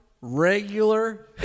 regular